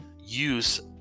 use